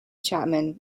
chapman